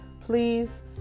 Please